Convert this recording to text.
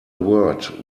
word